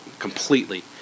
Completely